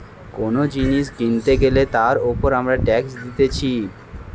কোন জিনিস কিনতে গ্যালে তার উপর আমরা ট্যাক্স দিতেছি